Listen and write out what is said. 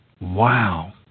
wow